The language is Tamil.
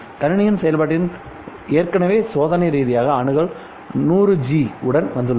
கணினி செயல்பாட்டில் ஏற்கனவே சோதனை ரீதியான அணுகல் 100G உடன் வந்துள்ளது